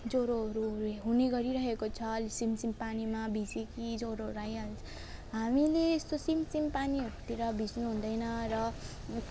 ज्वरोहरू हुने गरिरहेको छ अहिले सिमसिम पानीमा भिज्यो कि ज्वारोहरू आइहाल्छ हामीले यस्तो सिमसिम पानीहरूतिर भिज्नुहुँदैन र